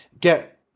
Get